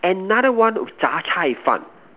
another one was Zha-Cai-fan